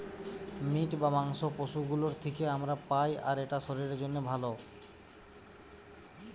meet বা মাংস পশু গুলোর থিকে আমরা পাই আর এটা শরীরের জন্যে ভালো